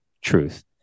truth